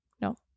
No